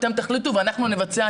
אתם תחליטו ואנחנו נבצע.